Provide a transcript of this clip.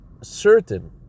certain